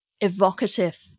evocative